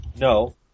no